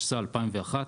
התשס"א-2001,